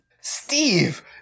Steve